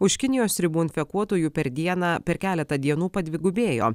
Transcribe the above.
už kinijos ribų infekuotųjų per dieną per keletą dienų padvigubėjo